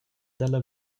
dalla